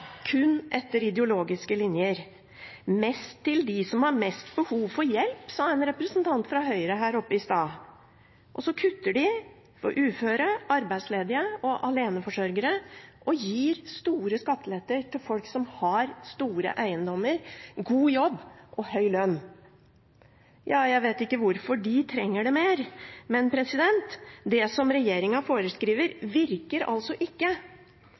kun etter ideologiske linjer. Mest til dem som har mest behov for hjelp, sa en representant fra Høyre her oppe i stad – og så kutter de til uføre, arbeidsledige og aleneforsørgere og gir store skatteletter til folk som har store eiendommer, god jobb og høy lønn. Jeg vet ikke hvorfor de trenger det mer, men det som regjeringen foreskriver, virker altså ikke